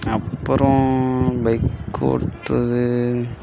அப்பறம் பைக் ஓட்டுறது